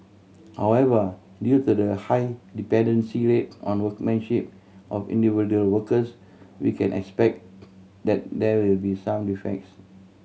however due to the high dependency on workmanship of individual workers we can expect that there will be some defects